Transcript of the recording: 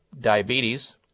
diabetes